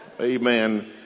Amen